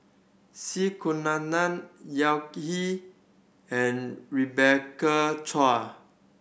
Z Kunalan Yao Zi and Rebecca Chua